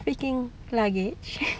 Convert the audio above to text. freaking luggage